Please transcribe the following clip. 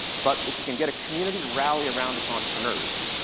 but if you can get a community to rally around its entrepreneurs,